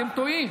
אתם טועים.